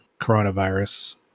coronavirus